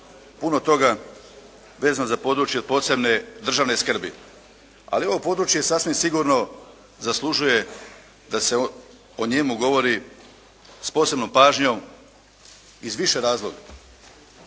puno toga vezano za područje od posebne državne skrbi. Ali ovo područje sasvim sigurno zaslužuje da se o njemu govori s posebnom pažnjom iz više razloga.